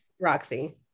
Roxy